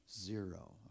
zero